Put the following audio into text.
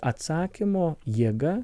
atsakymo jėga